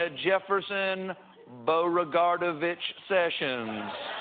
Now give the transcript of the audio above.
ah jefferson beauregard-ovich sessions.